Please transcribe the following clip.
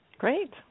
Great